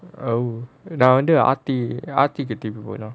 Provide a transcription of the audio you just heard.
oh நான் வந்து:naan vanthu arthi arthi க்கு திருப்பி போயிடுறேன்:kku tirupi poyiduraen